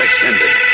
extended